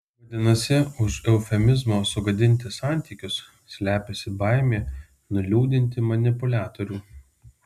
vadinasi už eufemizmo sugadinti santykius slepiasi baimė nuliūdinti manipuliatorių